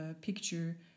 picture